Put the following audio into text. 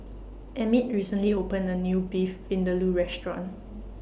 Emit recently opened A New Beef Vindaloo Restaurant